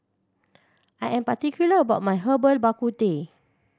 I am particular about my Herbal Bak Ku Teh